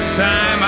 time